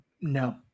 No